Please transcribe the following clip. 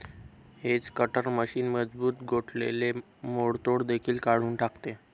hedge cutter machine मजबूत गोठलेले मोडतोड देखील काढून टाकते